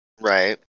Right